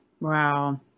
Wow